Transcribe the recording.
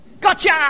Gotcha